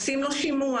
עושים לו שימוע,